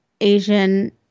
Asian